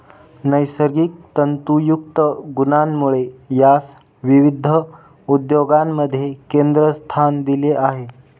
नैसर्गिक तंतुयुक्त गुणांमुळे यास विविध उद्योगांमध्ये केंद्रस्थान दिले आहे